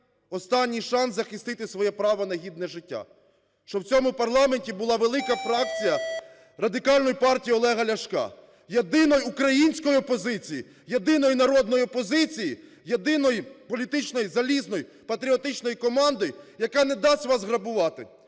останній шанс захистити своє право на гідне життя, щоб в цьому парламенті була велика фракція Радикальної партії Олега Ляшка – єдиної української опозиції, єдиної народної опозиції, єдиної політичної залізної патріотичної команди, яка не дасть вас грабувати,